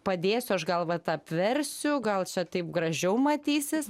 padėsiu aš gal vat apversiu gal čia taip gražiau matysis